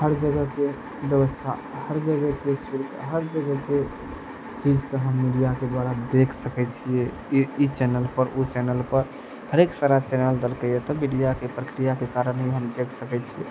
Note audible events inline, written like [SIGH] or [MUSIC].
हर जगहके व्यवस्था हर जगहके [UNINTELLIGIBLE] हर जगहके चीजके हम मीडियाके द्वारा देख सकैत छियै ई चैनल पर ओ चैनल पर हरेक सारा चैनल देलकैया तऽ मीडियाके प्रक्रियाके कारण ही हम देख सकैत छियै